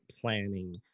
planning